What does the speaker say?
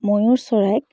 ময়ুৰ চৰাইক